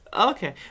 Okay